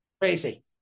Crazy